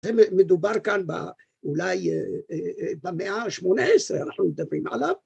‫מדובר כאן אולי במאה ה-18, ‫אנחנו מדברים עליו.